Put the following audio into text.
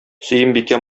сөембикә